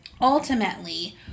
Ultimately